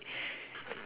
drop three peach